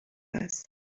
است